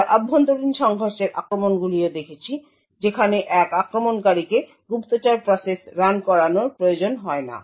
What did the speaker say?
আমরা অভ্যন্তরীণ সংঘর্ষের আক্রমণগুলিও দেখেছি যেখানে এক আক্রমণকারীকে গুপ্তচর প্রসেস রান করানোর প্রয়োজন হয় না